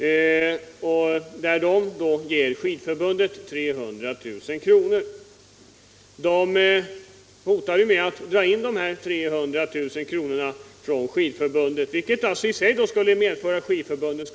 Dessa företag ger Skidförbundet 300 000 kr. Nu hotar man att dra in dessa pengar, vilket skulle medföra ekonomiska svårigheter för Skidförbundet.